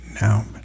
now